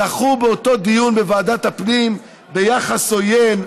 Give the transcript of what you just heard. זכו באותו דיון בוועדת הפנים ביחס עוין,